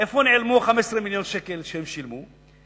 איפה נעלמו 15 מיליון שקל שהם שילמו?